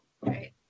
Right